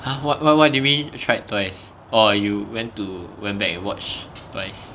!huh! what what what do you mean you tried twice orh you went to went back and watch twice